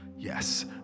Yes